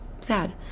sad